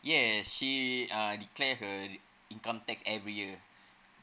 yes she uh declare her income tax every year